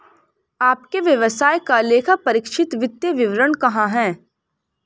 आपके व्यवसाय का लेखापरीक्षित वित्तीय विवरण कहाँ है?